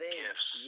gifts